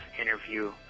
interview